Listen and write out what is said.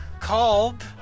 Called